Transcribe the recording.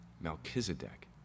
Melchizedek